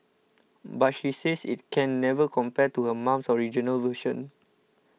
but she says it can never compare to her mum's original version